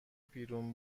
بیرون